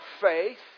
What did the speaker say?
faith